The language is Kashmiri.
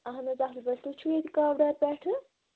اَہَن حظ اَصٕل پٲٹھۍ تُہۍ چھُو کاورات پٮ۪ٹھٕ